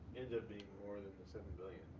ended up being more than the seven billion?